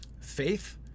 faith